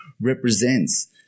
represents